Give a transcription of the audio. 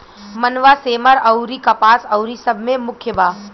मनवा, सेमर अउरी कपास अउरी सब मे मुख्य बा